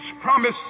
promise